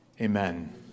Amen